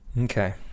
Okay